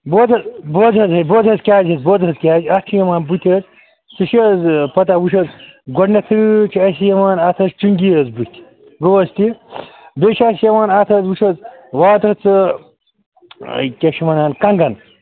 بوز حظ بوز حظ اے بوز حظ کیٛازِ حظ بوز حظ کیٛازِ اَتھ چھِ یِوان بٕتھِ سُہ چھِ حظ پَتَہ وٕچھ حظ گۄڈٕنٮ۪تھٕے چھِ اَسہِ یِوان اَتھ حظ چِنٛگی حظ بٕتھِ گوٚو حظ ٹھیٖک بیٚیہِ چھِ اَسہِ یِوان اَتھ حظ وٕچھ حظ وات حظ ژٕ کیٛاہ چھِ وَنان کنٛگَن